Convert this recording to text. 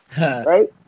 Right